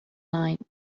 night